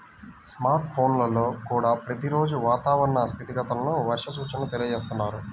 smart ఫోన్లల్లో కూడా ప్రతి రోజూ వాతావరణ స్థితిగతులను, వర్ష సూచనల తెలియజేస్తున్నారు